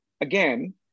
again